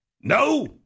No